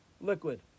Liquid